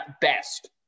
best